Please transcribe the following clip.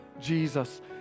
Jesus